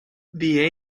the